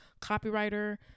copywriter